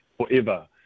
forever